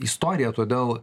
istorija todėl